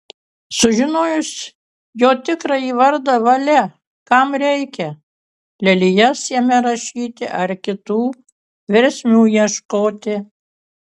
sužinojus jo tikrąjį vardą valia kam reikia lelijas jame raškyti ar kitų versmių ieškoti